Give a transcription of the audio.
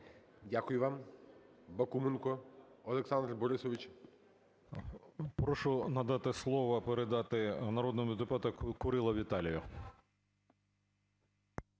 Дякую вам.